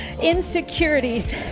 insecurities